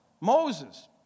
Moses